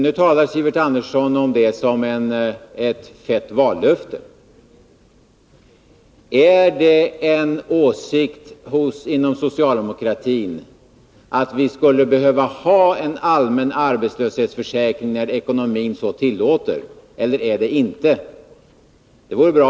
Nu talar Sivert Andersson om den som ett fett vallöfte. Är det eller är det inte en åsikt inom socialdemokratin att vi skulle behöva en allmän arbetslöshetsförsäkring när ekonomin så tillåter? Det vore bra att få ett rakt svar på den frågan.